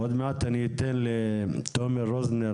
עוד מעט אני אתן לתומר רוזנר,